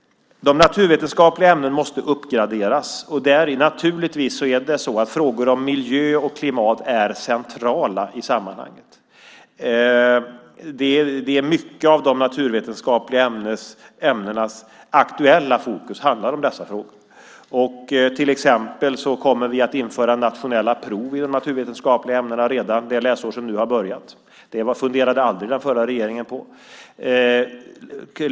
De naturvetenskapliga ämnena måste uppgraderas, och där är naturligtvis frågor om miljö och klimat centrala i sammanhanget. Mycket av de naturvetenskapliga ämnenas aktuella fokus handlar om dessa frågor. Vi kommer till exempel att införa nationella prov i de naturvetenskapliga ämnena redan det läsår som nu har börjat. Det funderade aldrig den förra regeringen på.